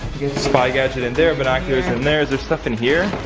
get spy gadget in there, binoculars in there, is there stuff in here?